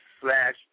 slash